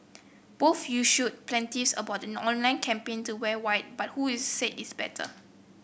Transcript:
both issued plenty about the online campaign to wear white but who is said its better